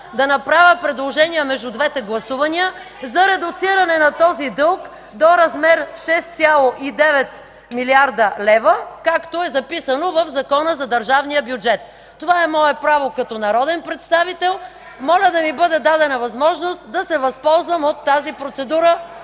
да направя предложение между двете гласувания за редуциране на този дълг до размер 6,9 млрд. лв., както е записано в Закона за държавния бюджет. Това е мое право като народен представител. Моля да ми бъде дадена възможност да се възползвам от тази процедура